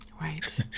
Right